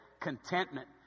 contentment